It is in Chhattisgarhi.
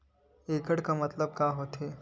एकड़ के मतलब का होथे?